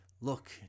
Look